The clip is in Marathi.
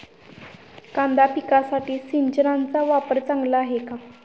कांदा पिकासाठी सिंचनाचा वापर चांगला आहे का?